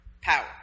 power